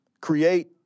create